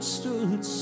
stood